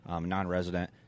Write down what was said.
non-resident